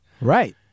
Right